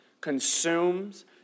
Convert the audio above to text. consumes